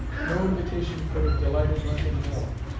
no invitation could have delighted lincoln more.